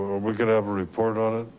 we're gonna have a report on it?